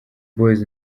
boys